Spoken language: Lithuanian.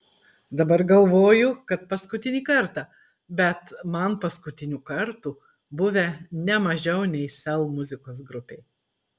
dabar galvoju kad paskutinį kartą bet man paskutinių kartų buvę ne mažiau nei sel muzikos grupei